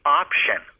option